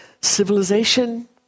civilization